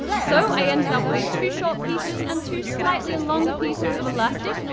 so i ended up with two short pieces and two slightly longer pieces of elastic,